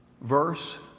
verse